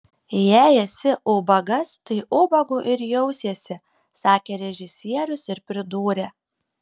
jei esi ubagas tai ubagu ir jausiesi sakė režisierius ir pridūrė